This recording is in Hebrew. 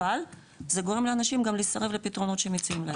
אבל זה גורם לאנשים גם לסרב לפתרונות שמציעים להם.